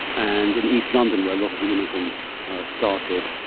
and in east london, where a lot of the immigrants started.